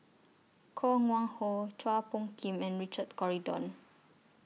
Koh Wang Ho Chua Phung Kim and Richard Corridon